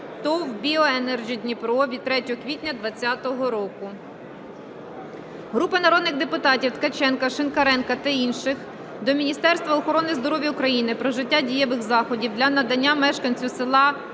ТОВ "БІО ЕНЕРДЖИ ДНІПРО" від 3 квітня 2020 року. Групи народних депутатів (Ткаченка, Шинкаренка та інших) до Міністерства охорони здоров'я України про вжиття дієвих заходів для надання мешканцю села